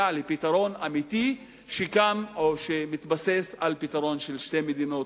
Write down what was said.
לפתרון אמיתי שמתבסס על פתרון של שתי מדינות.